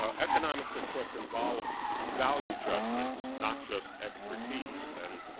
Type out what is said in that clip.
ah economics, of course, involves value judgments, not just expertise, and